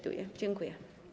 Dziękuję.